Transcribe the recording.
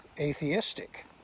atheistic